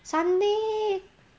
sunday